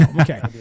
Okay